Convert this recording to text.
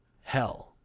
hell